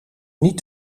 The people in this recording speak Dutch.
niet